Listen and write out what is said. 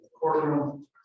Courtroom